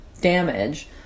damage